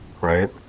right